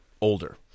older